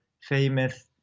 famous